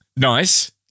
Nice